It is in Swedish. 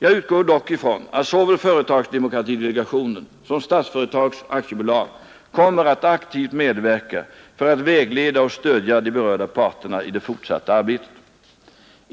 Jag utgår dock ifrån att såväl företagsdemokratidelegationen som Statsföretag AB kommer att aktivt medverka för att vägleda och stödja de berörda parterna i det fortsatta arbetet.